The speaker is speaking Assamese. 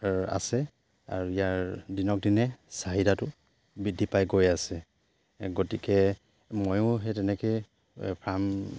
আছে আৰু ইয়াৰ দিনক দিনে চাহিদাটো বৃদ্ধি পাই গৈ আছে গতিকে ময়ো সেই তেনেকৈ ফাৰ্ম